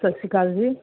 ਸਤਿ ਸ਼੍ਰੀ ਅਕਾਲ ਜੀ